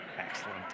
Excellent